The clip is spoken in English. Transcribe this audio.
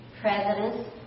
presidents